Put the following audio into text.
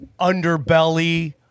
underbelly